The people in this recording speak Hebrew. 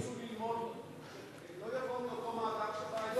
תלמידים שירצו ללמוד לא יבואו מאותו מאגר שבא היום.